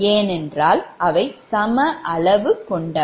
ஏனென்றால் அவை சம அளவு கொண்டவை